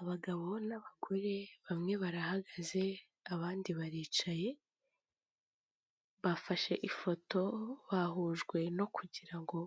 Abagabo n'abagore bamwe barahagaze abandi baricaye bafashe ifoto bahujwe no kugira ngo